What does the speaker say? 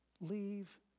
leave